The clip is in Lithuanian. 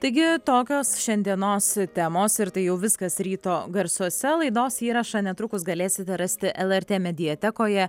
taigi tokios šiandienos temos ir tai jau viskas ryto garsuose laidos įrašą netrukus galėsite rasti lrt mediatekoje